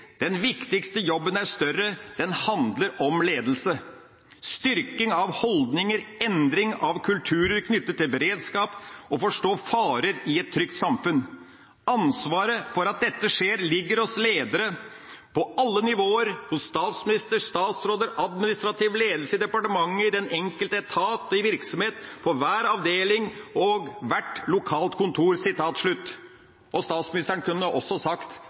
Den viktigste jobben er større. Den handler om ledelse. Styrking av holdninger. Endring av kulturer knyttet til beredskap. Å forstå farer i et trygt samfunn. Ansvaret for at dette skjer, ligger hos lederne på alle nivåer. Hos statsminister og statsråder, administrativ ledelse i departementene, i den enkelte etat og virksomhet, på hver avdeling og hvert lokale kontor.» Statsministeren kunne også sagt: